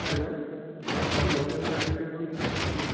hello নমস্কার Mariam nursing home থেকে বলছি